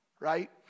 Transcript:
right